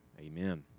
amen